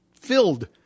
filled